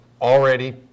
already